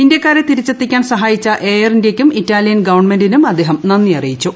ഇന്ത്യാക്കാരെ തിരിച്ചെത്തിക്കാൻ സഹായിച്ച എയർ ഇന്ത്യയ്ക്കൂം ഇറ്റാ്ലിയൻ ഗവൺമെന്റിനും അദ്ദേഹം നന്ദി അറിയിച്ചു